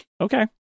Okay